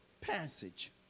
passage